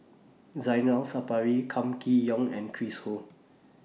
Zainal Sapari Kam Kee Yong and Chris Ho